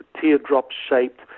teardrop-shaped